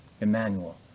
Emmanuel